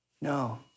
No